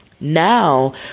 Now